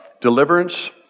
Deliverance